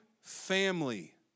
family